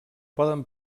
poden